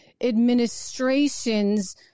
administration's